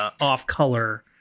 off-color